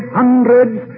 hundreds